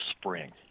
spring